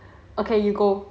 okay you go